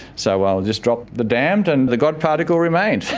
so um we'll just drop the damned and the god particle remained.